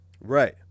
Right